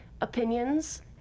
opinions